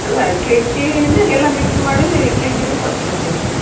ಅಲ್ಲ ಕೆ ಜಿನ ಎಲ್ಲ ಮಿಕ್ಸ್ ಮಾಡಿ ಕೆ ಜಿನ ಕೊಟ್ಟು ಬಿಡ್ತೀವಿ